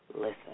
Listen